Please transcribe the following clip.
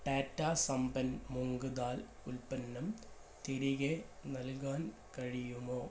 റ്റാറ്റാ സംപൻ മൂംഗ് ദാൽ ഉൽപ്പന്നം തിരികെ നൽകാൻ കഴിയുമോ